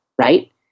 right